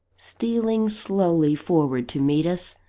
stealing slowly forward to meet us,